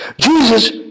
Jesus